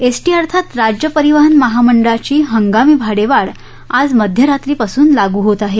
ST अर्थात राज्य परिवहन महामंडळाची हंगामी भाडेवाढ आज मध्यरात्रीपासून लागू होत आहे